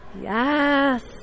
Yes